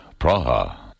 Praha